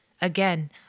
Again